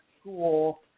school